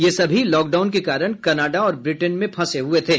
ये सभी लॉकडाउन के कारण कनाडा और ब्रिटेन में फंसे हए थे